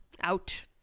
Out